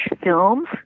Films